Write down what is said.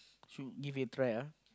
should give it a try ah